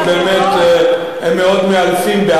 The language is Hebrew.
הם מאוד מאלפים,